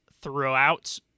throughout